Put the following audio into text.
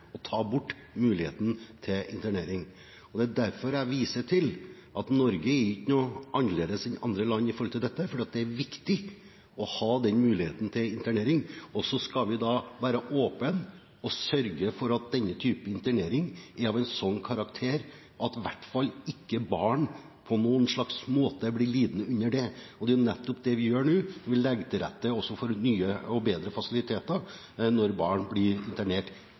muligheten til internering. Derfor viser jeg til at Norge ikke er noe annerledes enn andre land når det gjelder dette. Det er viktig å ha muligheten til internering, men vi skal være åpne og sørge for at denne typen internering er av en slik karakter at ikke barn på noen slags måte blir lidende under det. Det er nettopp det vi gjør nå. Vi legger til rette for nye og bedre fasiliteter når barn blir internert